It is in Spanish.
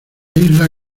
isla